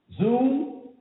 Zoom